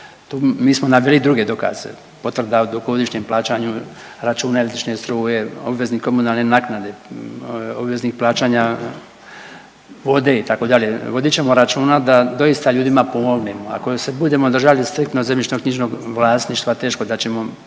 Vi smo naveli druge dokaze, potvrda o dugogodišnjem plaćanju računa električne struje, obveznik komunalne naknade, obveznik plaćanja vode itd.. Vodit ćemo računa da doista ljudima pomognemo, ako se budemo držali striktno zemljišnoknjižnog vlasništva teško da ćemo